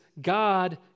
God